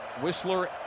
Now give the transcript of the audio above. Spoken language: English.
Whistler